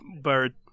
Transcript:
bird